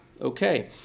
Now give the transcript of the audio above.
okay